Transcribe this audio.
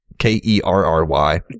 K-E-R-R-Y